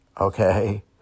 Okay